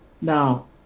Now